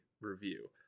review